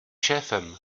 šéfem